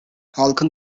halkın